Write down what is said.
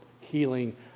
healing